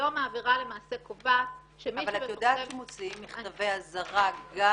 היום העבירה קובעת --- אבל את יודעת שמוציאים מכתבי אזהרה גם